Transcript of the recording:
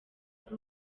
ari